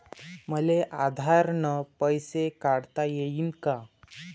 मले आधार न पैसे काढता येईन का?